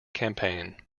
campaign